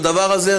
בדבר הזה,